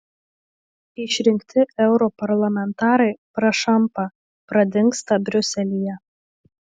išrinkti europarlamentarai prašampa pradingsta briuselyje